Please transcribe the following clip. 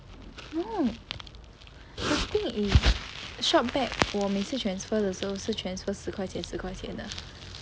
no the thing is ShopBack 我每次 transfer 的时候 is transfer 十块钱十块钱的